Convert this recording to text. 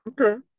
Okay